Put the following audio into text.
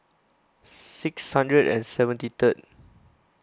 six hundred and seventy third